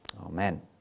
Amen